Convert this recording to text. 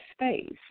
space